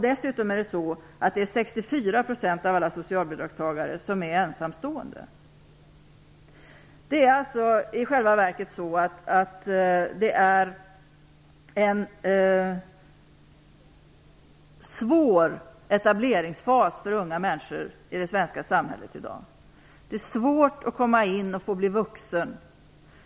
Dessutom är 64 % Det är i själva verket i dag en svår etableringsfas för unga människor i det svenska samhället. Det är svårt att komma in och få bli vuxen.